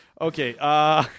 Okay